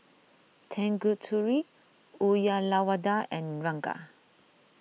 Tanguturi Uyyalawada and Ranga